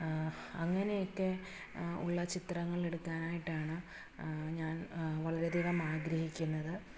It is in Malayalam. അങ്ങനെയൊക്കെ ഉള്ള ചിത്രങ്ങളെടുക്കാനായിട്ടാണ് ഞാൻ വളരെയധികം ആഗ്രഹിക്കുന്നത്